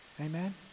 Amen